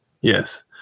Yes